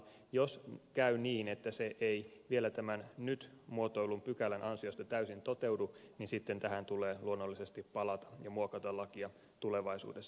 jos käy niin että se ei vielä tämän nyt muotoillun pykälän ansiosta täysin toteudu niin sitten tähän tulee luonnollisesti palata ja muokata lakia tulevaisuudessa